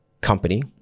company